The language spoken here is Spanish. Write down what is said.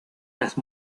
las